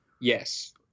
Yes